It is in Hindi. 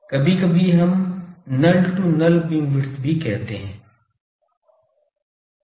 कभी कभी हम null to null बीमविड्थ भी कहते हैं null to null बीमविड्थ का अर्थ है एक null और दूसरा null